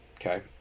okay